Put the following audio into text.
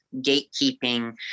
gatekeeping